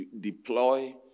deploy